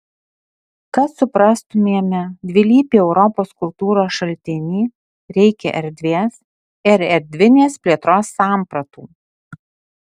kad suprastumėme dvilypį europos kultūros šaltinį reikia erdvės ir erdvinės plėtros sampratų